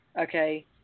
okay